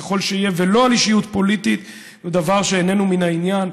ולא על אישיות פוליטית, היא דבר שאיננו מן העניין.